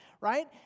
right